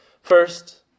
First